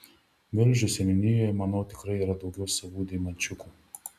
velžio seniūnijoje manau tikrai yra daugiau savų deimančiukų